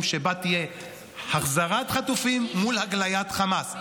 שבה תהיה החזרת חטופים מול הגליית חמאס.